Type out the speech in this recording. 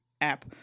app